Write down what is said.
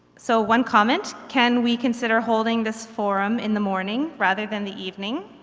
so one comment, can we consider holding this forum in the morning, rather than the evening.